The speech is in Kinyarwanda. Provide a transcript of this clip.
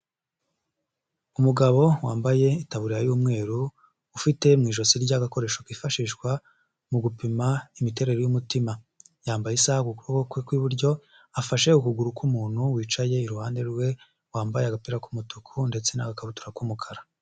Umugabo wambaye itaburiya y'umweru, ufite mu ijosi rye agakoresho kifashishwa mu gupima imiterere y'umutima. Yambaye isaha ku kuboko kwe kw'iburyo, afashe ukuguru k'umuntu wicaye iruhande rwe, wambaye agapira k'umutuku ndetse n'akabutura k'umukara.